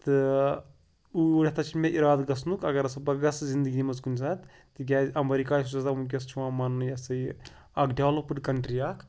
تہٕ اوٗرۍ ہَسا چھُ مےٚ اِرادٕ گژھنُک اگر ہَسا بہٕ گژھٕ زِندگی منٛز کُنہِ ساتہٕ تِکیٛازِ اَمریٖکہ یُس ہسا وٕنکٮ۪س چھُ یِوان ماننہٕ یہِ ہَسا یہِ اَکھ ڈیٚولَپٕڈ کَنٹرٛی اَکھ